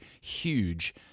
huge